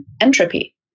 entropy